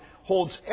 holds